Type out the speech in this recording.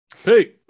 Hey